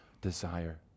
desire